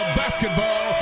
basketball